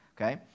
Okay